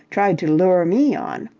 tried to lure me on.